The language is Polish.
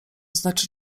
znaczy